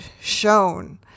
shown